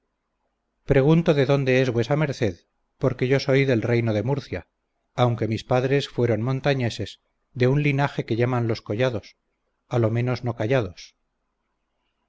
pregunto de dónde es vuesa merced porque yo soy del reino de murcia aunque mis padres fueron montañeses de un linaje que llaman los collados a lo menos no callados